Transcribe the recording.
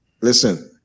listen